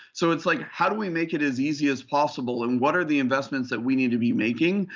so it's like how do we make it as easy as possible and what are the investments that we need to be making?